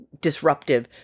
disruptive